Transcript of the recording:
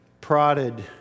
prodded